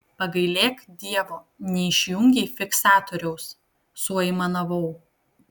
pagailėk dievo neišjungei fiksatoriaus suaimanavau